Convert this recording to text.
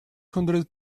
hundred